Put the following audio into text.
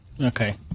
Okay